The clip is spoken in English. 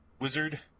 Wizard